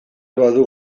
badu